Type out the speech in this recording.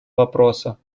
вопроса